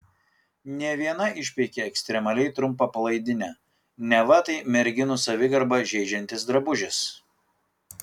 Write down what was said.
ne viena išpeikė ekstremaliai trumpą palaidinę neva tai merginų savigarbą žeidžiantis drabužis